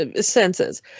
senses